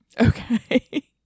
Okay